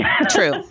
True